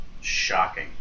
Shocking